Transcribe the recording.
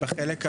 החלוק הגדול,